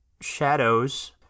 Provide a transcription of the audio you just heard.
shadows